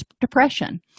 depression